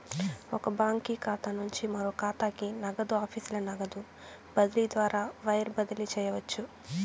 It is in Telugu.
ఒక బాంకీ ఖాతా నుంచి మరో కాతాకి, నగదు ఆఫీసుల నగదు బదిలీ ద్వారా వైర్ బదిలీ చేయవచ్చు